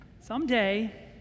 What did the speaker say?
Someday